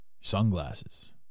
Sunglasses